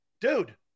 dude